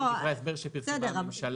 אלה דברי ההסבר שפרסמה הממשלה,